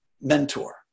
mentor